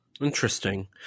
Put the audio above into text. interesting